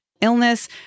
illness